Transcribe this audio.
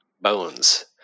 Bones